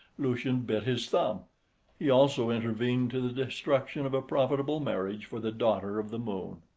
lucian bit his thumb he also intervened to the destruction of a profitable marriage for the daughter of the moon.